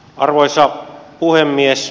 arvoisa puhemies